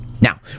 Now